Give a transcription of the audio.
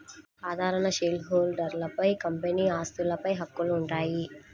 సాధారణ షేర్హోల్డర్లకు కంపెనీ ఆస్తులపై హక్కులు ఉంటాయి